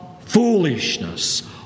foolishness